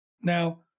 Now